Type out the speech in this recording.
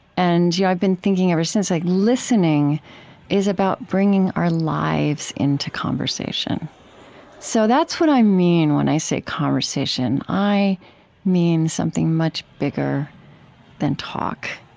and yeah i've been thinking, ever since listening is about bringing our lives into conversation so that's what i mean when i say conversation. i mean something much bigger than talk.